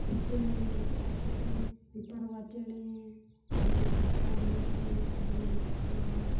ᱪᱮᱬᱮ ᱯᱚᱛᱟᱢ ᱯᱟᱨᱣᱟ ᱪᱮᱬᱮ ᱠᱚ ᱵᱮᱱᱟᱣᱮᱫ ᱠᱚᱣᱟ ᱢᱤᱨᱩ ᱪᱮᱬᱮ ᱠᱚ ᱵᱮᱱᱟᱣᱮᱫ ᱠᱚᱣᱟ